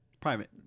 Private